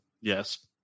Yes